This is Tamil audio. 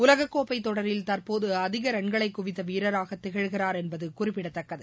உலகக்கோப்பை தொடரில் தற்போது அதிக ரன்களை குவித்த வீரராக திகழ்கிறார் என்பது குறிப்பிடத்தக்கது